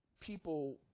people